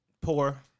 Poor